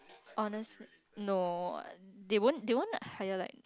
honest no they won't they won't hire like